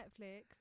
netflix